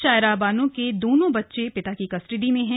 शायरा बानो के दोनों बच्चे पिता की कस्टडी में हैं